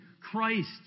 Christ